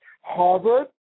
Harvard